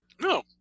No